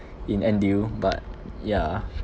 in N_T_U but yeah